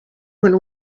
when